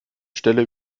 stelle